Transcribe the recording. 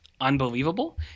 unbelievable